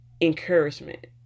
encouragement